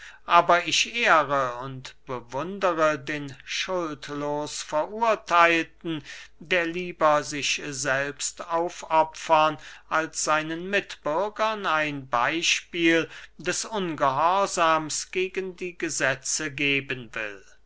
aber ich ehre und bewundere den schuldlosverurtheilten der lieber sich selbst aufopfern als seinen mitbürgern ein beyspiel des ungehorsams gegen die gesetze geben will